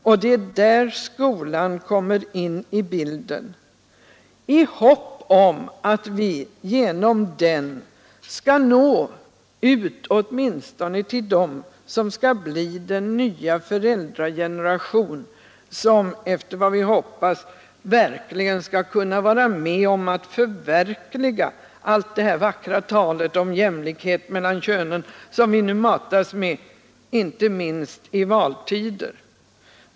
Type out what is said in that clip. Det är där skolan kommer in i bilden — vi räknar med att genom skolan kunna nå ut åtminstone till dem som skall bli den nya föräldrageneration som, efter vad vi hoppas, skall kunna vara med och förverkliga allt det här vackra talet om jämlikhet mellan könen som vi nu matas med, inte minst i valtider.